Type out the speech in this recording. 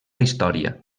història